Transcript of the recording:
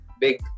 big